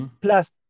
Plus